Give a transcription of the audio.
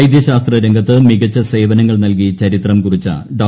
വൈദ്യശാസ്ത്ര രംഗത്ത് മികച്ച സേവനങ്ങൾ നൽകി ചരിത്രം കുറിച്ച ഡോ